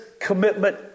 commitment